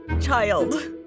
child